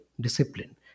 discipline